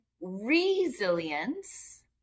resilience